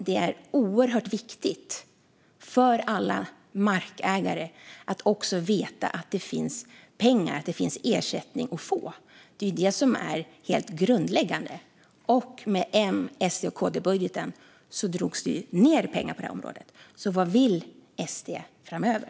Det är oerhört viktigt för alla markägare att veta att det finns pengar - ersättning - att få; det är helt grundläggande. Med M-SD-KD-budgeten drogs ju pengarna på det här området ned. Vad vill SD framöver?